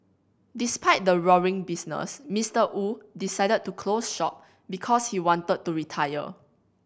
despite the roaring business Mister Wu decided to close shop because he wanted to retire